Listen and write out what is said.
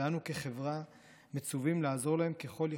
ואנו כחברה מצווים לעזור להם ככל יכולתנו.